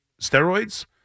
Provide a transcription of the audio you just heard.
steroids